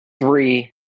three